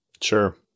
Sure